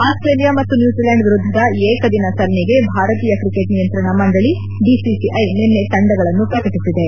Australia ಮತ್ತು New Zealand ವಿರುದ್ದದ ಏಕದಿನ ಸರಣಿಗೆ ಭಾರತೀಯ ಕ್ರಿಕೆಟ್ ನಿಯಂತ್ರಣ ಮಂಡಳ ಬಿಸಿಸಿಐ ನಿನ್ನೆ ತಂಡಗಳನ್ನು ಪ್ರಕಟಿಸಿದೆ